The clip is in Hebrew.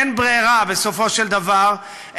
אין ברירה בסופו של דבר,